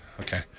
Okay